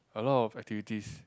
a lot of activities